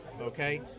Okay